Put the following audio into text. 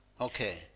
Okay